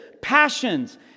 passions